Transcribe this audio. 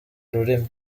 ururimi